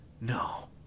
No